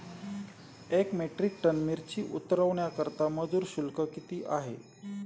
एक metric ton मिरची उतरवण्याकरता मजुर शुल्क किती आहे?